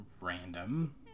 Random